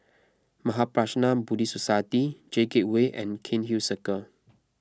Mahaprajna Buddhist Society J Gateway and Cairnhill Circle